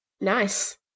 Nice